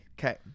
Okay